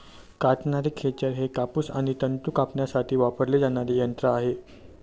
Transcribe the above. कातणारे खेचर हे कापूस आणि तंतू कातण्यासाठी वापरले जाणारे यंत्र आहे